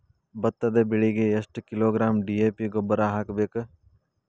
ಭತ್ತದ ಬೆಳಿಗೆ ಎಷ್ಟ ಕಿಲೋಗ್ರಾಂ ಡಿ.ಎ.ಪಿ ಗೊಬ್ಬರ ಹಾಕ್ಬೇಕ?